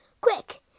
Quick